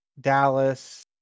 dallas